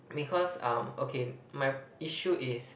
because um okay my issue is